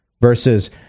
versus